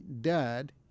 dad